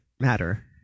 matter